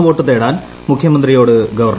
vote തേടാൻ മുഖ്യമന്ത്രിയോട് governor